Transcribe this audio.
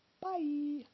Bye